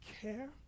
care